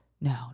No